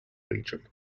region